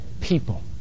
people